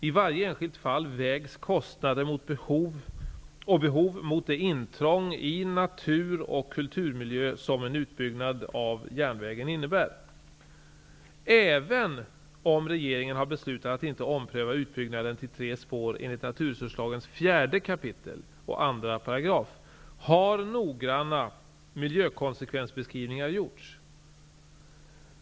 I varje enskilt fall vägs kostnader och behov mot det intrång i natur och kulturmiljö som en utbyggnad av järnvägen innebär. Även om regeringen har beslutat att inte pröva utbyggnaden till tre spår enligt naturresurslagens 4 kap. och 2 §, har noggranna miljökonsekvensbeskrivningar gjorts.